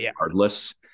regardless